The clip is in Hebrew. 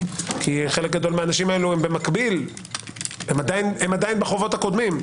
כי חלק גדול מהאנשים האלה במקביל הם עדיין בחובות הקודמים.